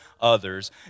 others